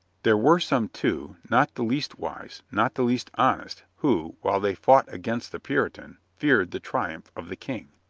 there were some, too, not the least wise, not the least honest, who, while they fought against the puritan, feared the triumph of the king.